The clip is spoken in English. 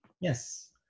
Yes